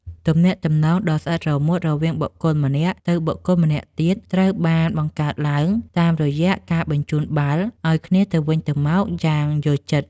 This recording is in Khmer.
ទំនាក់ទំនងដ៏ស្អិតរមួតរវាងបុគ្គលម្នាក់ទៅបុគ្គលម្នាក់ទៀតត្រូវបានបង្កើតឡើងតាមរយៈការបញ្ជូនបាល់ឱ្យគ្នាទៅវិញទៅមកយ៉ាងយល់ចិត្ត។